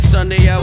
Sunday